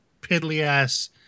piddly-ass